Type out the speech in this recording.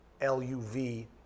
L-U-V